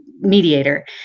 mediator